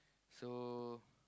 so